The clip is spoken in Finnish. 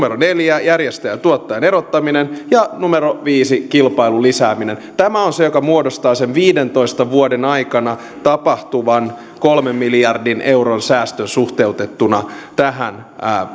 neljä järjestäjän ja tuottajan erottaminen ja viisi kilpailun lisääminen tämä on se joka muodostaa sen viidentoista vuoden aikana tapahtuvan kolmen miljardin euron säästön suhteutettuna tähän